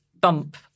bump